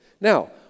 Now